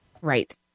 Right